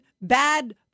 bad